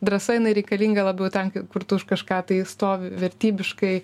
drąsa jinai reikalinga labiau ten kur tu už kažką tai stovi vertybiškai